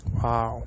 wow